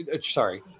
sorry